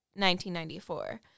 1994